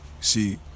See